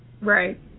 Right